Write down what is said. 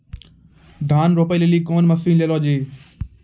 धान रोपे लिली कौन मसीन ले लो जी?